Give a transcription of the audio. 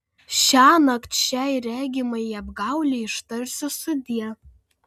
šiąnakt šiai regimajai apgaulei ištarsiu sudie